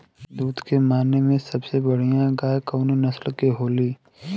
दुध के माने मे सबसे बढ़ियां गाय कवने नस्ल के होली?